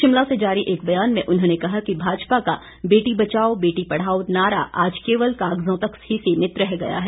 शिमला से जारी एक ब्यान में उन्होंने कहा कि भाजपा का बेटी बचाओ बेटी पढ़ाओ नारा आज केवल कागजों तक ही सीमित रह गया है